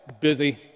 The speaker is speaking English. Busy